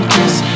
Cause